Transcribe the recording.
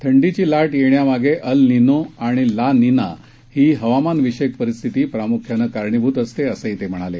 थंडीची लाट येण्यामागे अल निनो आणि ला निना ही हवामानविषयक परिस्थिती प्रामुख्यानं कारणीभूत असते असंही ते म्हणाले